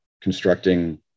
constructing